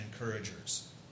encouragers